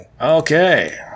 Okay